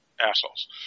Assholes